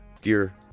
gear